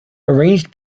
arranged